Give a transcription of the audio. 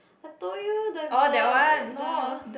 I told you the the the